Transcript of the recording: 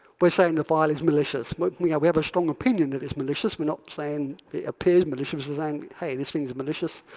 we're saying the file is malicious. but we we have a strong opinion that it's malicious. we're not saying it appears malicious. we're saying, hey, this thing is malicious.